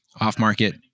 off-market